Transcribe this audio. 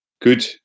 Good